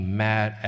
mad